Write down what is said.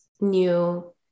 new